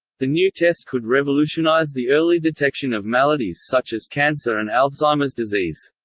the new test could revolutionise the early detection of maladies such as cancer and alzheimer's disease.